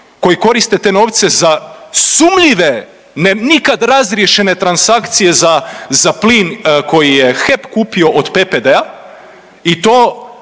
koji koriste te novce za sumnjive nikad razriješene transakcije za plin koji je HEP kupio od PPD-a i to